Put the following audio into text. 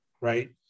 right